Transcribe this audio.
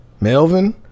Melvin